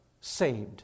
Saved